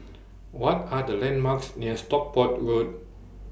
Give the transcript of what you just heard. What Are The landmarks near Stockport Road